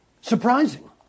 Surprising